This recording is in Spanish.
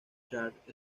charts